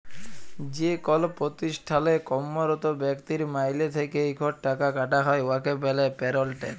যেকল পতিষ্ঠালে কম্মরত ব্যক্তির মাইলে থ্যাইকে ইকট টাকা কাটা হ্যয় উয়াকে ব্যলে পেরল ট্যাক্স